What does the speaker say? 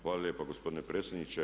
Hvala lijepa gospodine predsjedniče.